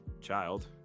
Child